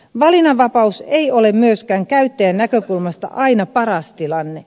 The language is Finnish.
valinnanvapaus ei ole myöskään käyttäjän näkökulmasta aina paras tilanne